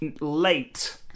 late